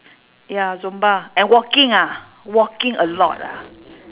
ya zumba and walking ah walking a lot ah